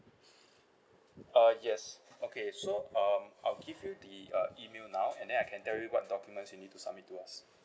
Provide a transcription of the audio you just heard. uh yes okay so um I'll give you the uh email now and then I can tell you what documents you need to submit to us